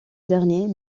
dernier